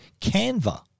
Canva